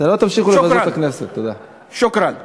תודה רבה לך.